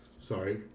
sorry